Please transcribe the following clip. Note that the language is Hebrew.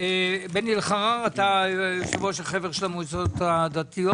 חבר בחבר המועצות הדתיות.